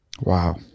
Wow